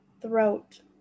throat